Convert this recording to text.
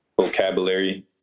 vocabulary